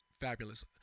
Fabulous